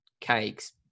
cakes